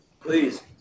Please